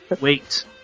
Wait